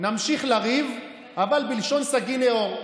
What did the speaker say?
נמשיך לריב, אבל בלשון סגי נהוג.